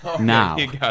now